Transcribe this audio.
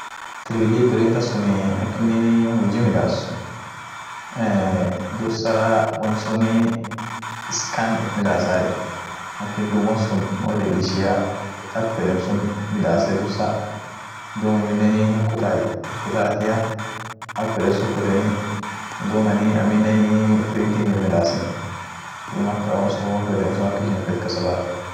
Steplanii ak in huji midaas. steplan chuma kakalaa, Aminen lila litoai, sunii wot woraane, wot guure, pepa sun ak inin wot kab pepa sun yote mal ishin biria wot woraanai, mal in wot woraane akas wot kabai huji isan akas wotkabai, won sun pepan hinlalafti duum wot woraane bare tokiit wot kabai